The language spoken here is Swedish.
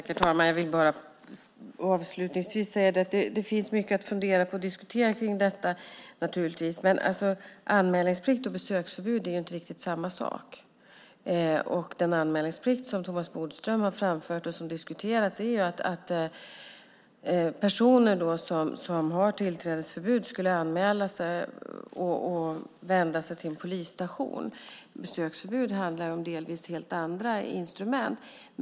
Herr talman! Jag vill bara avslutningsvis säga att det naturligtvis finns mycket att fundera på och diskutera om detta. Men anmälningsplikt och besöksförbud är inte riktigt samma sak. Den anmälningsplikt som Thomas Bodström har framfört och som har diskuterats är att personer som har tillträdesförbud skulle anmäla sig och vända sig till en polisstation. Besöksförbud handlar ju delvis om helt andra instrument.